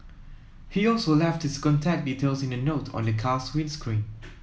he also left his contact details in a note on the car's windscreen